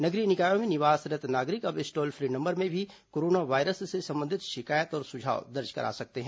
नगरीय निकायों में निवासरत् नागरिक अब इस टोल फ्री नंबर में भी कोरोना वारयस से संबंधित शिकायत और सुझाव दर्ज करा सकते हैं